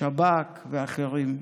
שב"כ ואחרים,